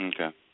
Okay